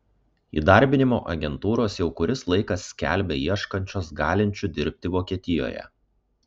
įdarbinimo agentūros jau kuris laikas skelbia ieškančios galinčių dirbti vokietijoje